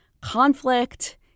conflict